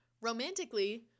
romantically